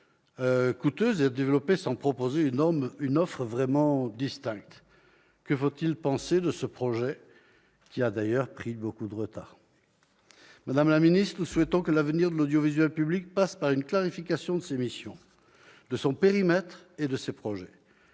coûteuse à développer, sans proposer une offre vraiment distincte. Que faut-il penser de ce projet, qui a d'ailleurs pris beaucoup de retard ? Madame la ministre, nous souhaitons que l'avenir de l'audiovisuel public passe par une clarification de ses missions, de son périmètre et de ses projets.